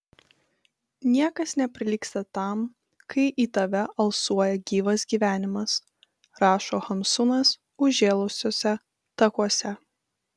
niekas neprilygsta tam kai į tave alsuoja gyvas gyvenimas rašo hamsunas užžėlusiuose takuose